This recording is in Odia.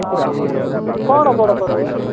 ହଁ ହଁ କ'ଣ ବଡ଼ କରିବେ